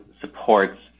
supports